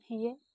সেয়ে